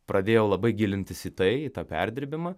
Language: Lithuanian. pradėjau labai gilintis į tai į tą perdirbimą